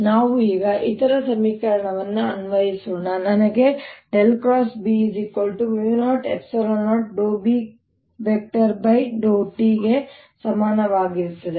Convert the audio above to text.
ನಾವು ಈಗ ಇತರ ಸಮೀಕರಣವನ್ನು ಅನ್ವಯಿಸೋಣ ಇದು ನನಗೆ B00 E∂t ಗೆ ಸಮಾನವಾಗಿರುತ್ತದೆ